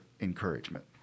encouragement